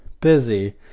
busy